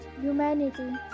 humanity